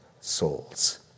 souls